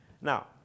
Now